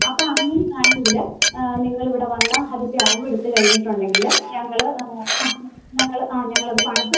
അപ്പം അങ്ങനെയാണെങ്കിൽ നിങ്ങൾ ഇവിടെ വന്നാൽ അതിൻ്റെ അളവെടുത്ത് കഴിഞ്ഞിട്ടുണ്ടെങ്കിൽ ഞങ്ങൾ ആ ഞങ്ങൾ ആ ഞങ്ങളത് പണിത്